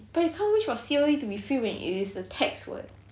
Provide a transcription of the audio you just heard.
but you can't wish for C_O_E to be free when it is a tax [what]